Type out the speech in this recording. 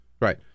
Right